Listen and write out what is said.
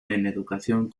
educación